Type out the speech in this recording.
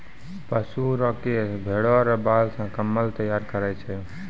पशु रो केश भेड़ा रो बाल से कम्मल तैयार करै छै